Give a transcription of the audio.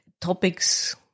topics